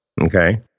Okay